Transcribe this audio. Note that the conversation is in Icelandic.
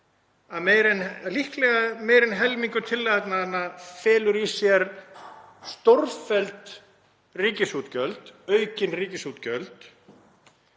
og líklega meira en helmingur tillagnanna felur í sér stórfelld ríkisútgjöld, aukin ríkisútgjöld: